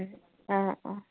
অ অ অ